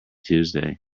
tuesday